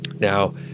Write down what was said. Now